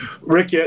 Rick